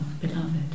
beloved